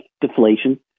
deflation